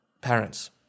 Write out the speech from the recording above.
parents